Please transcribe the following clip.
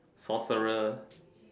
sorcerer